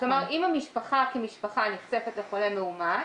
אם המשפחה כמשפחה נחשפת לחולה מאומת,